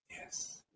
Yes